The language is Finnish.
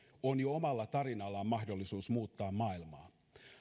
on jo omalla tarinallaan mahdollisuus muuttaa maailmaa